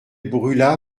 brûla